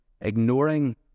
ignoring